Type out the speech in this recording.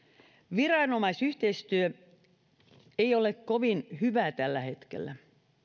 viranomaisyhteistyö ei ole kovin hyvää tällä hetkellä